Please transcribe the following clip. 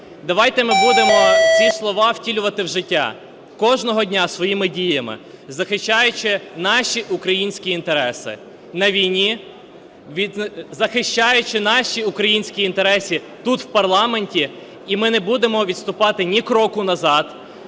Давайте ми будемо ці слова втілювати в життя кожного дня своїми діями, захищаючи наші українські інтереси на війні, захищаючи наші українські інтереси тут в парламенті. І ми не будемо відступати ні кроку назад